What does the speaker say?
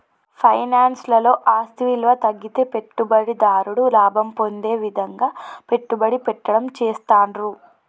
finance లలో ఆస్తి విలువ తగ్గితే పెట్టుబడిదారుడు లాభం పొందే విధంగా పెట్టుబడి పెట్టడం చేస్తాండ్రు